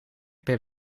per